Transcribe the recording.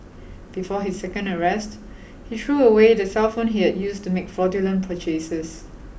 before his second arrest he threw away the cellphone he had used to make fraudulent purchases